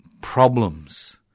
problems